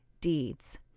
deeds